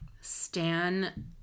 stan